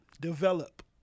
develop